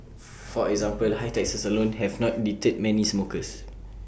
for example high taxes alone have not deterred many smokers